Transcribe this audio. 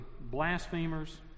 blasphemers